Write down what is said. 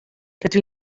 rydw